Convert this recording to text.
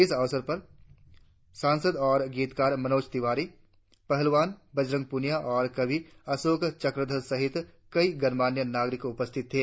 इस अवसर पर सांसद और गीतकार मनोज तिवारी पहलवान बजरंग पुनिया और कवि अशोक चक्रधर सहित कई गणमान्य नागरिक उपस्थित थे